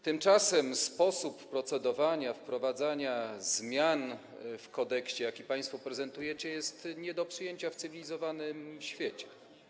Tymczasem sposób procedowania, wprowadzania zmian w kodeksie, jaki państwo prezentujecie, jest nie do przyjęcia w cywilizowanym świecie.